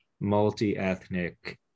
multi-ethnic